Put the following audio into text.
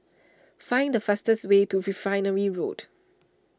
find the fastest way to Refinery Road